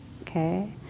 okay